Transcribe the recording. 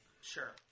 Sure